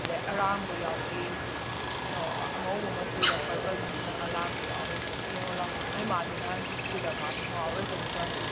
ꯑꯗꯩ ꯑꯔꯥꯡꯕ ꯌꯥꯎꯔꯤ ꯀꯩꯅꯣ ꯑꯉꯧꯕ ꯃꯆꯨꯗ ꯄꯔꯄꯜ ꯃꯆꯨꯅꯒ ꯂꯥꯡꯕ ꯌꯥꯎꯔꯤ ꯌꯦꯡꯎ ꯂꯥꯎ ꯅꯣꯏ ꯃꯥꯗꯤ ꯅꯍꯥꯟ ꯎꯈꯤꯕꯗ ꯃꯥꯁꯨ ꯉꯥꯎꯔ ꯆꯠꯈ꯭ꯔꯕꯅꯤ